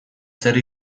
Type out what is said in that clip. zer